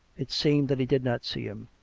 it seemed that he did not see him.